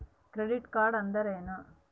Credit card ಅಂದ್ರೇನು?